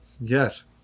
yes